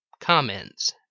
comments